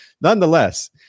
nonetheless